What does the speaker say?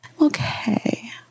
okay